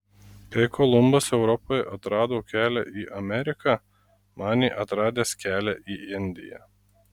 kai kolumbas europai atrado kelią į ameriką manė atradęs kelią į indiją